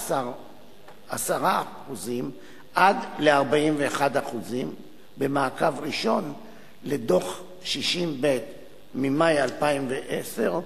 מ-10% 15% ל-41% במעקב ראשון לדוח 60ב ממאי 2010,